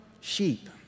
sheep